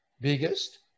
biggest